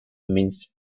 means